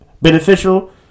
beneficial